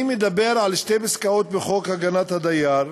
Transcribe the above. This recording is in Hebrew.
אני מדבר על שתי פסקאות בחוק הגנת הדייר